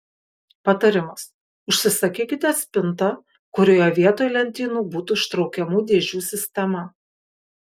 patarimas užsisakykite spintą kurioje vietoj lentynų būtų ištraukiamų dėžių sistema